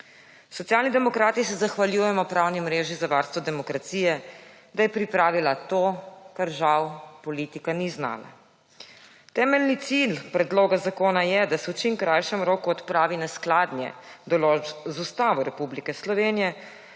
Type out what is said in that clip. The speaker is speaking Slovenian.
Socialni demokrati se zahvaljujemo Pravni mreži za varstvo demokracije, da je pripravila to, kar žal politika ni znala. Temeljni cilj predloga zakona je, da se v čim krajšem roku odpravi neskladje določb z Ustavo Republike Slovenije